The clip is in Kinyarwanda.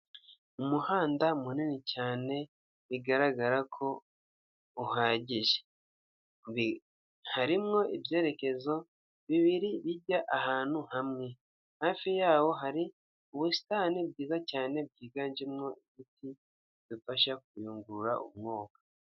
Umuhanda munini cyane bigaragara ko uhagije. Harimo ibyerekezo bibiri bijya ahantu hamwe. Hafi yaho hari ubusitani bwiza cyane, bwiganjemo ibiti bidufasha kuyungura umwuka.